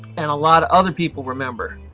and a lot of other people remember.